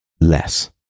less